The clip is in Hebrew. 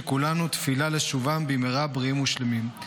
שכולנו תפילה לשובם במהרה בריאים ושלמים.